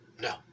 No